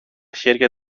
χέρια